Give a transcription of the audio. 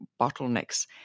bottlenecks